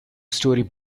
storey